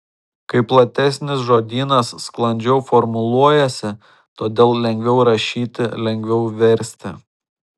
kai platesnis žodynas sklandžiau formuluojasi todėl lengviau rašyti lengviau versti